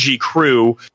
crew